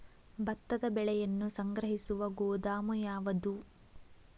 ಭತ್ತದ ಬೆಳೆಯನ್ನು ಸಂಗ್ರಹಿಸುವ ಗೋದಾಮು ಯಾವದು?